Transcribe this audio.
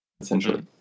essentially